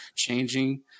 changing